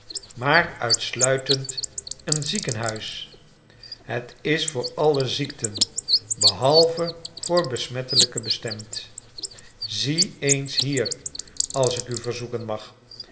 maar uitsluitend een ziekenhuis het is voor alle ziekten behalve voor besmettelijke bestemd zie eens hier als ik u verzoeken mag